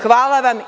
Hvala vam.